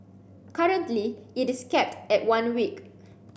currently it is capped at one week